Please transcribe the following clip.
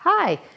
Hi